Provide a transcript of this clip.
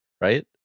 right